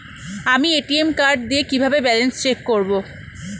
আমি ATM card দিয়ে কিভাবে ব্যালেন্স চেক করব?